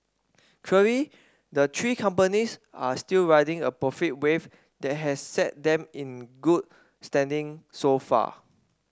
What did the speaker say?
the three companies are still riding a profit wave that has set them in good standing so far